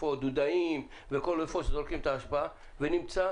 דודאים ואחרים שזורקים בהם אשפה ונמצא